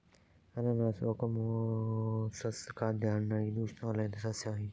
ಅನಾನಸ್ ಓಕಮೊಸಸ್ ಖಾದ್ಯ ಹಣ್ಣಾಗಿದ್ದು ಉಷ್ಣವಲಯದ ಸಸ್ಯವಾಗಿದೆ